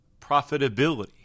profitability